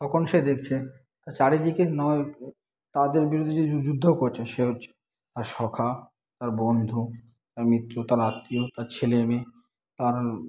তখন সে দেখছে তার চারিদিকে নয় তাদের বিরুদ্ধে যে যুদ্ধ করছে সে হচ্ছে তার সখা তার বন্ধু তার মিত্র তার আত্মীয় তার ছেলে মেয়ে তার